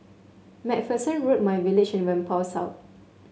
MacPherson Road myVillage and Whampoa South